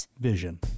vision